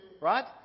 right